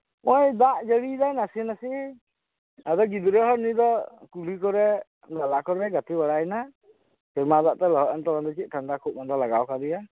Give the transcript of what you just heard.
ᱱᱚᱜ ᱚᱭ ᱫᱟᱜ ᱡᱟᱲᱤᱭᱫᱟᱭ ᱱᱟᱥᱮ ᱱᱟᱥᱮ ᱟᱫᱚ ᱜᱤᱫᱽᱨᱟᱹ ᱦᱚᱲ ᱩᱱᱤ ᱫᱚ ᱠᱩᱞᱦᱤ ᱠᱚᱨᱮ ᱱᱟᱞᱟ ᱠᱚᱨᱮ ᱜᱟᱛᱮ ᱵᱟᱲᱟᱭᱱᱟ ᱥᱮᱨᱢᱟ ᱫᱟᱜ ᱛᱮ ᱞᱚᱦᱚᱜ ᱮᱱᱛᱮ ᱵᱟᱝ ᱫᱚ ᱪᱮᱜ ᱴᱷᱟᱸᱰᱟ ᱠᱷᱩᱜ ᱢᱟᱫᱟ ᱞᱟᱜᱟᱣ ᱠᱟᱣ ᱫᱮᱭᱟ